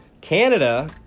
Canada